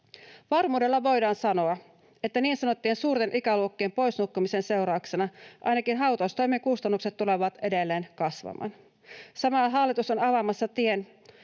Varmuudella voidaan sanoa, että niin sanottujen suurten ikäluokkien poisnukkumisen seurauksena ainakin hautaustoimen kustannukset tulevat edelleen kasvamaan. Samalla hallitus on avaamassa tien